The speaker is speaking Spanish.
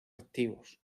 activos